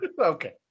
Okay